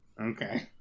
Okay